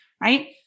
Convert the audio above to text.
right